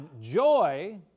joy